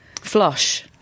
Flush